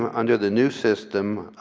um under the new system,